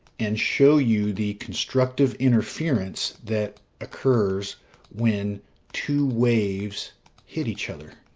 and show you the constructive interference that occurs when two waves hit each other.